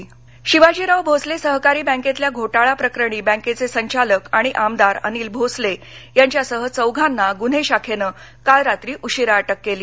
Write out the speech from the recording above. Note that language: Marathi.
भोसले बँक शिवाजीराव भोसले सहकारी बँकेतल्या घोटाळाप्रकरणी बँकेचे संचालकआणि आमदार अनिल भोसले यांच्यासह चौघांना गुन्हे शाखेनं काल रात्री उशिरा अटक केली